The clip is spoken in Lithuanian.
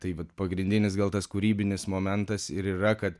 tai vat pagrindinis gal tas kūrybinis momentas ir yra kad